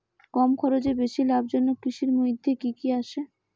কম খরচে বেশি লাভজনক কৃষির মইধ্যে কি কি আসে?